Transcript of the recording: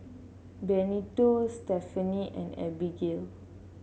Benito Stephaine and Abigail